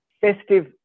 festive